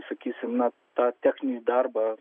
sakysim na tą techninį darbą